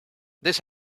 this